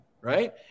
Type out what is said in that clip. right